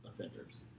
offenders